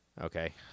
Okay